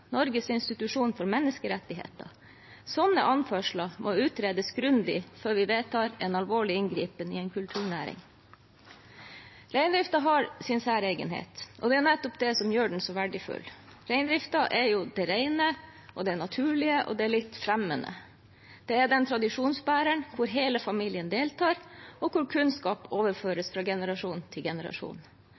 Norges institusjon for menneskerettigheter. Sånne anførsler må utredes grundig før vi vedtar en alvorlig inngripen i en kulturnæring. Reindriften har sin særegenhet, og det er nettopp det som gjør den så verdifull. Reindriften er jo det rene, det naturlige og det litt fremmede. Det er den tradisjonsbæreren hvor hele familien deltar, og hvor kunnskap overføres fra generasjon til generasjon.